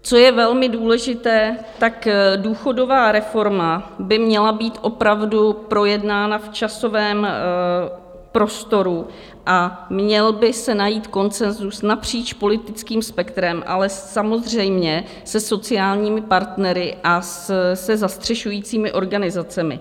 Co je velmi důležité, tak důchodová reforma by měla být opravdu projednána v časovém prostoru a měl by se najít konsenzus napříč politickým spektrem, ale samozřejmě se sociálními partnery a se zastřešujícími organizacemi.